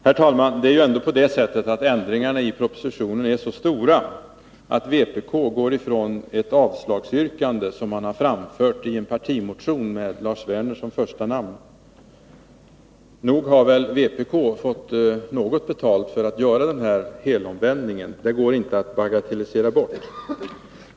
Herr talman! Ändringarna i propositionen är ändå så stora att vpk går ifrån ett avslagsyrkande som framförts i en partimotion med Lars Werner som första namn. Nog har väl vpk fått något betalt för att göra den helomvändningen — det går inte att bagatellisera bort.